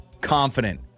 Confident